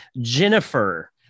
Jennifer